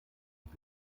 und